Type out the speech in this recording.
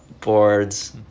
boards